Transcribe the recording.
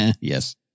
Yes